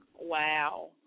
Wow